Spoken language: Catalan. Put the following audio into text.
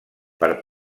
per